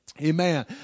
Amen